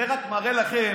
זה רק מראה לכם